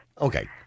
Okay